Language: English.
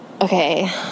Okay